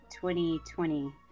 2020